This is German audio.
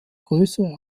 größere